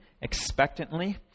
expectantly